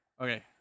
Okay